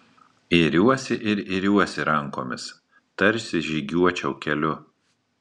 iriuosi ir iriuosi rankomis tarsi žygiuočiau keliu